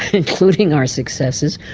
including our successes.